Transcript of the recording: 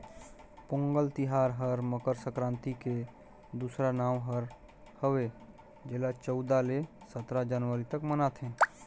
पोगंल तिहार हर मकर संकरांति के दूसरा नांव हर हवे जेला चउदा ले सतरा जनवरी तक मनाथें